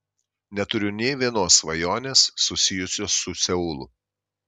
neturiu nė vienos svajonės susijusios su seulu